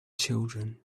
children